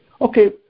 okay